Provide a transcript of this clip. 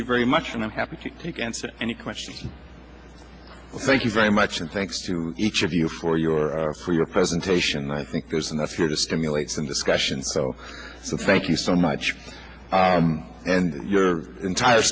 you very much and i'm happy to take answer any questions thank you very much and thanks to each of you for your for your presentation i think there's enough here to stimulate some discussion though so thank you so much and your entire